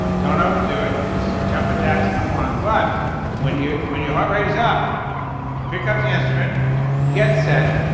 don't overdo it. just jumping jacks if you want but when you when your heart rate is up pick up the instrument get set.